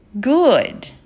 good